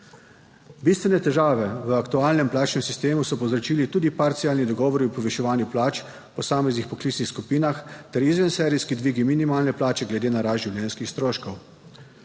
Bistvene težave v aktualnem plačnem sistemu so povzročili tudi parcialni dogovori o poviševanju plač v posameznih poklicnih skupinah ter izvenserijski dvigi minimalne plače glede na rast življenjskih stroškov.